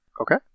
Okay